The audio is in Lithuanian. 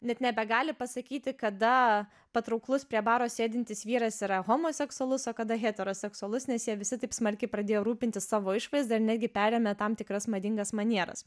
net nebegali pasakyti kada patrauklus prie baro sėdintis vyras yra homoseksualus o kada heteroseksualus nes jie visi taip smarkiai pradėjo rūpintis savo išvaizda ir netgi perėmė tam tikras madingas manieras